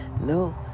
no